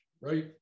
right